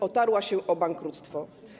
Otarła się o bankructwo.